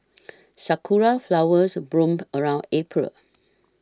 sakura flowers bloom around April